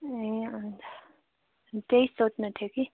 ए हजुर त्यही सोध्नु थियो कि